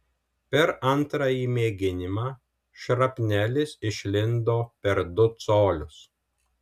per antrąjį mėginimą šrapnelis išlindo per du colius